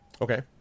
Okay